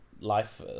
life